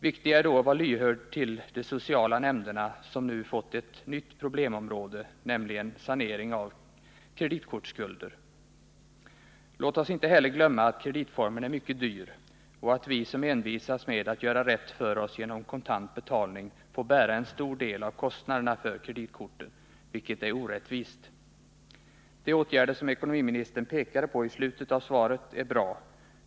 Viktigare är att vara lyhörd för de sociala nämnderna, som nu fått ett nytt problemområde, nämligen sanering av kreditkortsskulder. Låt oss heller inte glömma att kreditformen är mycket dyr och att vi som envisas med att göra rätt för oss genom kontant betalning får bära en stor del av kostnaderna för kreditkorten, vilket är orättvist. De åtgärder som ekonomiministern pekade på i slutet av svaret är bra.